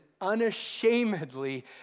unashamedly